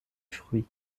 fruit